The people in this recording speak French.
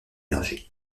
vergers